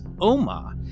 oma